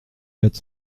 quatre